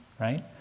right